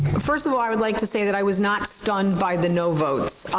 first of all, i would like to say that i was not stunned by the no votes.